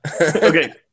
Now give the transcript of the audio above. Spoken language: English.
Okay